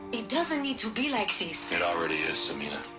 it doesn't need to be like this! it already is, samina